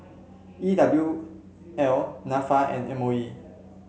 E W L NAFA and M O E